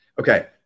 Okay